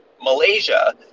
Malaysia